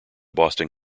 boston